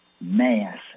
mass